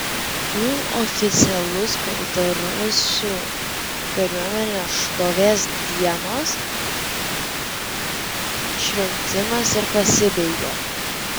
tuo oficialus baltarusių kariuomenės šlovės dienos šventimas ir pasibaigė